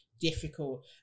difficult